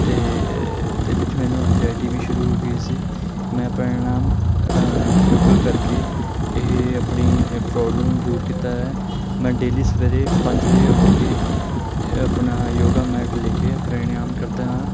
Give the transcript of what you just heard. ਅਤੇ ਇਹਦੇ ਵਿੱਚ ਮੈਨੂੰ ਅਜਾਇਟੀ ਵੀ ਸ਼ੁਰੂ ਹੋ ਗਈ ਸੀ ਮੈਂ ਪ੍ਰਣਾਯਾਮ ਯੋਗਾ ਕਰਕੇ ਇਹ ਆਪਣੀ ਪ੍ਰੋਬਲਮ ਦੂਰ ਕੀਤਾ ਹੈ ਮੈਂ ਡੇਲੀ ਸਵੇਰੇ ਪੰਜ ਵਜੇ ਉੱਠ ਕੇ ਆਪਣਾ ਯੋਗਾ ਮੈਟ ਲੈ ਕੇ ਪ੍ਰਣਾਯਾਮ ਕਰਦਾ ਹਾਂ